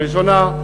הראשונה,